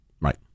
Right